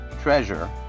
treasure